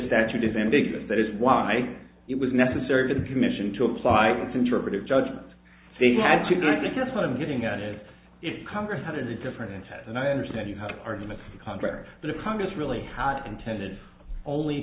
statute is ambiguous that is why it was necessary for the commission to apply its interpretive judgment they had to do i think that's what i'm getting at is if congress has a different set and i understand you have an argument contrary to the congress really hot intended only